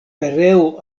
pereo